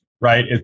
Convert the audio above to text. right